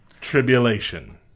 Tribulation